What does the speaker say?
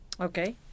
Okay